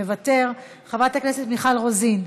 מוותר, חברת הכנסת מיכל רוזין,